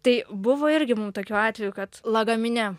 tai buvo irgi mum tokiu atveju kad lagamine